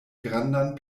grandan